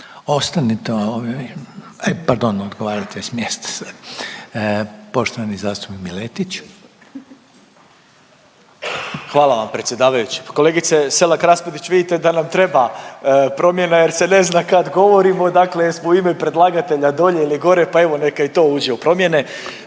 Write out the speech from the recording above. Ostanite ovdje, e pardon odgovarate s mjesta sad. Poštovani zastupnik Miletić. **Miletić, Marin (MOST)** Hvala vam predsjedavajući. Kolegice Selak Raspudić vidite da nam treba promjena jer se ne zna kad govorimo dakle jesmo u ime predlagatelja dolje ili gore pa neka i to uđe u promjene.